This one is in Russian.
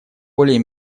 более